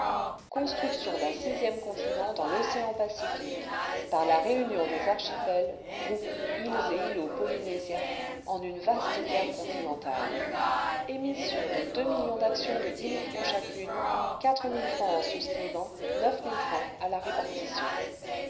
construction d'un sixieme continent dans l'océan pacifique par la réunion des archipels groupes îles et îlots polynésiens en une vaste terre continentale émission de deux millions d'actions de dix mille francs chacune quatre mille francs en souscrivant mille francs à la répartition